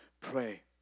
pray